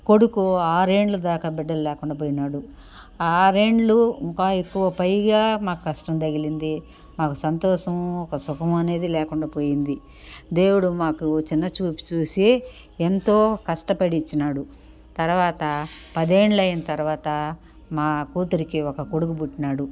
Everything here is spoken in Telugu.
కొడుకు ఆరేండ్లు దాకా బిడ్డలు లేకుండా పోయినాడు ఆరేండ్లు ఇంకా ఎక్కువ పైగా మాకు కష్టం తగిలింది మాకు సంతోషము ఒక సుఖము అనేది లేకుండా పోయింది దేవుడు మాకు చిన్న చూపు చూసి ఎంతో కష్టపడి ఇచ్చినాడు తర్వాత పదేండ్లయిన తర్వాత మా కూతురికి ఒక కొడుకు పుట్టినాడు